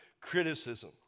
criticism